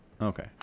Okay